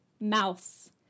Mouse